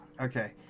okay